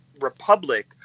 republic